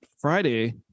Friday